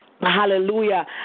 Hallelujah